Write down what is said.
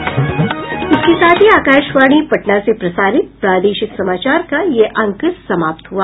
इसके साथ ही आकाशवाणी पटना से प्रसारित प्रादेशिक समाचार का ये अंक समाप्त हुआ